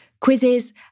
quizzes